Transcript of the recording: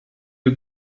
you